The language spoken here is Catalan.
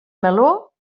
meló